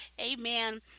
Amen